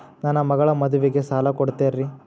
ನನ್ನ ಮಗಳ ಮದುವಿಗೆ ಸಾಲ ಕೊಡ್ತೇರಿ?